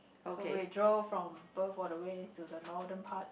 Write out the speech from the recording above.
so we drove from Perth all the way to the northern part